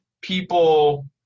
people